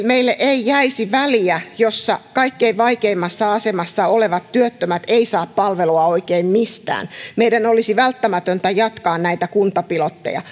meille ei jäisi väliä jossa kaikkein vaikeimmassa asemassa olevat työttömät eivät saa palvelua oikein mistään meidän olisi välttämätöntä jatkaa näitä kuntapilotteja